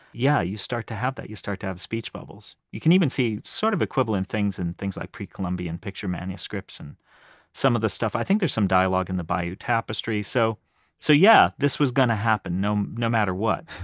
yeah, you start to have that, you start to have speech bubbles you can even see sort of equivalent things in things like pre-columbian picture manuscripts and some of the stuff. i think there's some dialogue in the bayeux tapestry, so so yeah, this was going to happen. no um no matter what,